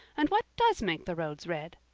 and what does make the roads red?